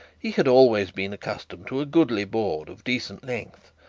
he had always been accustomed to a goodly board of decent length,